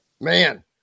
Man